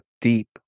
deep